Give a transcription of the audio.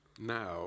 now